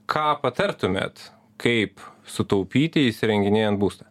ką patartumėt kaip sutaupyti įsirenginėjant būstą